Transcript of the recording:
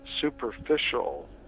superficial